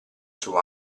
suo